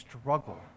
struggle